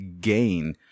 Gain